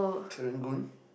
Serangoon